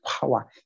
power